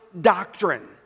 doctrine